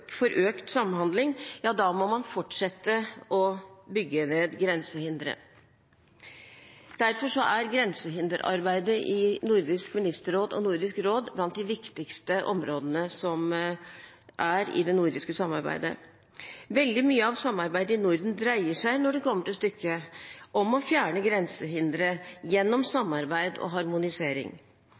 bygge ned grensehindre. Derfor er grensehinderarbeidet i Nordisk ministerråd og Nordisk råd blant de viktigste områdene som er i det nordiske samarbeidet. Veldig mye av samarbeidet i Norden dreier seg om – når det kommer til stykket – å fjerne grensehindre gjennom samarbeid og harmonisering.